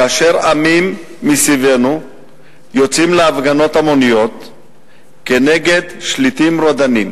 כאשר עמים מסביבנו יוצאים להפגנות המוניות כנגד שליטים רודנים,